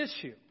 issue